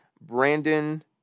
Brandon